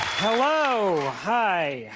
hello! ah hi.